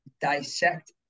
dissect